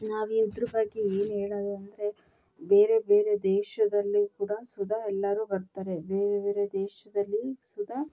ನಾವು ಇದ್ರ ಬಗ್ಗೆ ಏನು ಹೇಳದು ಅಂದರೆ ಬೇರೆ ಬೇರೆ ದೇಶದಲ್ಲಿ ಕೂಡ ಸುದಾ ಎಲ್ಲರೂ ಬರ್ತಾರೆ ಬೇರೆ ಬೇರೆ ದೇಶದಲ್ಲಿ ಸುದಾ